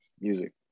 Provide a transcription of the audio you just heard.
music